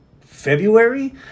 February